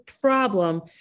problem